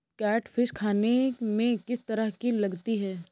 Catfish खाने में किस तरह की लगती है?